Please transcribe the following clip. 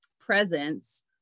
presence